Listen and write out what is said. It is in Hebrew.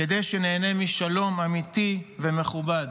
כדי שניהנה משלום אמיתי ומכובד.